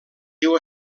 diu